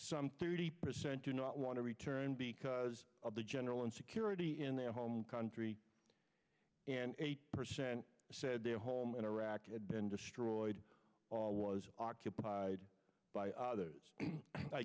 some thirty percent do not want to return because of the general insecurity in their home country and eight percent said their home in iraq had been destroyed was occupied by others i